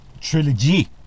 trilogy